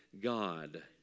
God